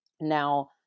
Now